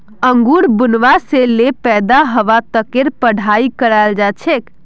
अंगूर बुनवा से ले पैदा हवा तकेर पढ़ाई कराल जा छे